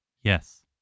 Yes